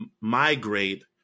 migrate